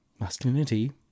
masculinity